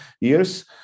years